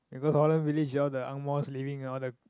you go Holland-Village all the Ang-Mohs living all the